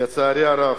לצערי הרב,